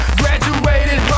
graduated